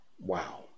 wow